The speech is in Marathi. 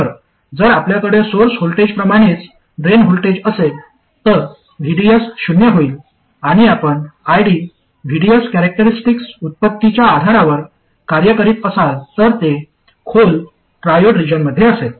तर जर आपल्याकडे सोर्स व्होल्टेजप्रमाणेच ड्रेन व्होल्टेज असेल तर VDS शून्य होईल आणि आपण ID VDS कॅरॅक्टरिस्टिक्स उत्पत्तीच्या आधारावर कार्य करीत असाल तर ते खोल ट्रॉओड रिजनमध्ये असेल